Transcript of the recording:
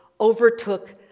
overtook